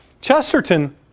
Chesterton